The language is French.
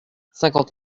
cinquante